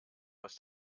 was